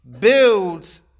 builds